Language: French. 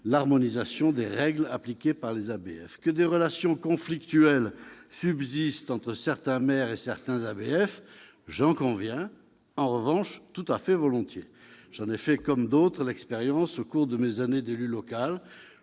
l'harmonisation des règles appliquées par les ABF. Que des relations conflictuelles subsistent entre certains maires et certains ABF, j'en conviens en revanche volontiers. J'en ai fait, comme d'autres, l'expérience au cours de mes années d'élu local.